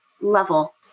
level